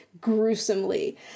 gruesomely